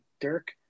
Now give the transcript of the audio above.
Dirk